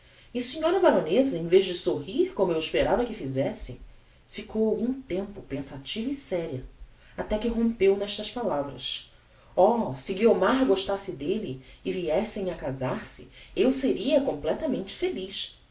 e a senhora baroneza em vez de sorrir como eu esperava que fizesse ficou algum tempo pensativa e séria até que rompeu nestas palavras oh se guiomar gostasse delle e viessem a casar-se eu seria completamente feliz